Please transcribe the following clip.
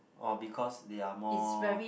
or because they are more